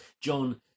John